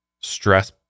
stress